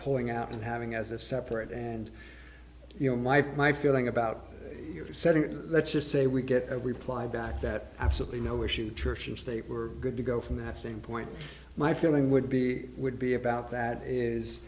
pulling out and having as a separate and you know my for my feeling about your setting let's just say we get a reply back that absolutely no issue church and state were good to go from that same point my feeling would be would be about that is